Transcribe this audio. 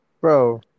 Bro